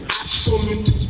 absolute